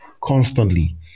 constantly